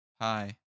Hi